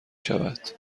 شود